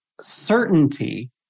certainty